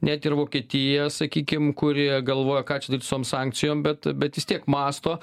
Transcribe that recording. net ir vokietija sakykim kuri galvoja ką čia daryt su tom sankcijom bet bet vis tiek mąsto